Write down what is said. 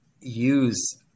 use